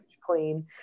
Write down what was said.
clean